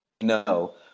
no